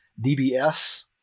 DBS